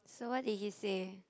so what did he say